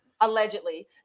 allegedly